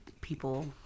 people